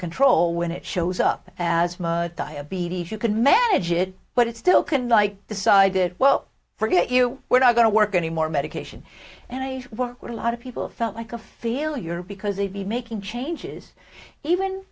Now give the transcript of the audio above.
control when it shows up as my diabetes you can manage it but it still can i decided well forget you we're not going to work any more medication and i were a lot of people felt like a feel your because they'd be making changes even